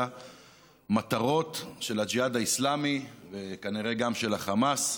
מטרות של הג'יהאד האסלאמי וכנראה גם של החמאס.